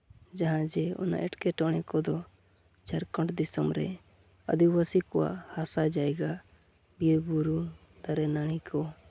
ᱡᱟᱦᱟᱸᱭ ᱡᱮ ᱚᱱᱟ ᱮᱴᱠᱮᱴᱚᱬᱮ ᱠᱚᱫᱚ ᱡᱷᱟᱲᱠᱷᱚᱸᱰ ᱫᱤᱥᱚᱢ ᱨᱮ ᱟᱹᱫᱤᱵᱟᱹᱥᱤ ᱠᱚᱣᱟᱜ ᱦᱟᱥᱟ ᱡᱟᱭᱜᱟ ᱵᱤᱨᱼᱵᱩᱨᱩ ᱫᱟᱨᱮᱼᱱᱟᱹᱲᱤ ᱠᱚ